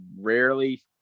rarely